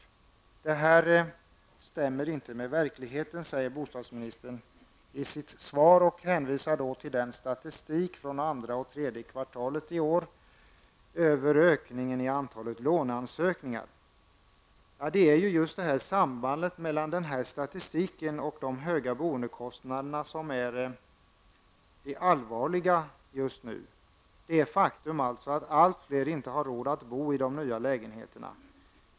Vad jag här har nämnt överensstämmer inte med verkligheten, säger bostadsministern i sitt svar. Han hänvisar till den statistik från andra och tredje kvartalen i år över ökningen av antalet låneansökningar. Ja, det är just sambandet mellan denna statistik och de höga boendekostnaderna som är det allvarliga just nu. Det är alltså ett faktum att allt fler inte har råd att bo i nya lägenheter.